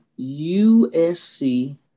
USC